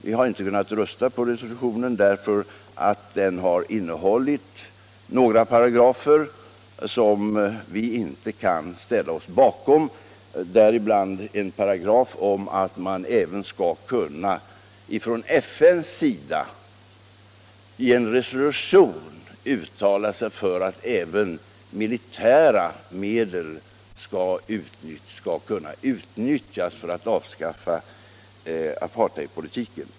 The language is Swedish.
Vi har inte kunnat rösta för resolutionen, eftersom den har innehållit några paragrafer som vi inte kan ställa oss bakom, däribland en paragraf om att FN i en resolution skall kunna uttala sig för att även militära medel skall kunna utnyttjas för att avskaffa apartheidpolitiken.